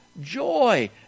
joy